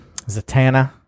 Zatanna